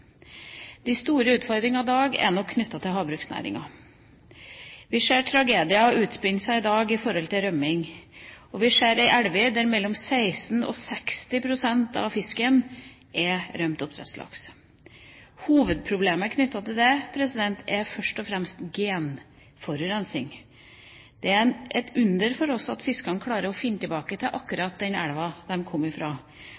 Vi ser at tragedier utspiller seg i dag i forhold til rømming. Vi ser at det er elver der mellom 16 og 60 pst. av fisken er rømt oppdrettslaks. Hovedproblemet knyttet til det er først og fremst genforurensning. Det er et under for oss at fiskene klarer å finne tilbake til